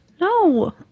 no